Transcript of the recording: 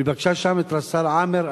ופגשה שם את רס"ר עאמר,